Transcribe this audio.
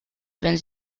wenn